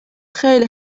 خیلی